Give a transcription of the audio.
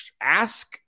ask